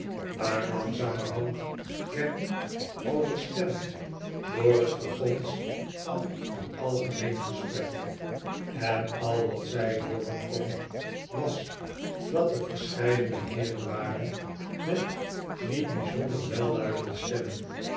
maar langzamerhand werd die overstemd door het gegons van een algemeen gesprek en al wat zij liooren kon was dat er verscheidene heeren war en met niet bijzonder welluidende stemmen